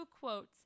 quotes